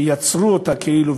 שיצרו אותה כאילו,